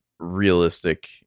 realistic